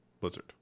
Blizzard